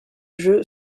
jeu